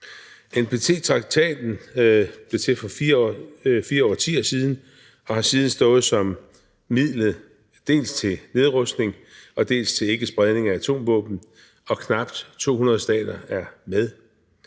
NPT-traktaten blev til for fire årtier siden og har siden stået som midlet dels til nedrustning, dels til ikkespredning af atomvåben, og knap 200 stater er med.